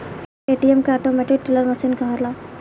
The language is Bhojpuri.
ए.टी.एम के ऑटोमेटीक टेलर मशीन कहाला